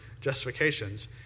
justifications